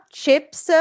chips